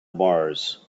mars